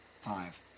Five